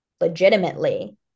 legitimately